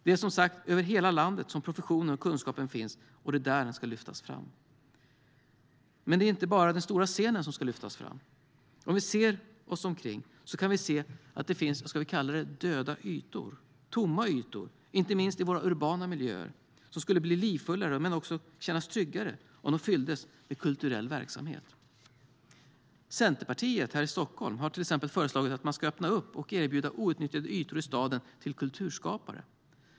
Det är som sagt över hela landet som professionen och kunskapen finns, och det är där den ska lyftas fram. Men det är inte bara den stora scenen som ska lyftas fram. Om vi ser oss omkring kan vi se att det finns vad vi kan kalla döda, tomma ytor, inte minst i våra urbana miljöer, som skulle bli livfullare men också kännas tryggare om de fylldes med kulturell verksamhet. Centerpartiet här i Stockholm har till exempel föreslagit att man ska öppna upp och erbjuda outnyttjade ytor i staden till kulturskapare.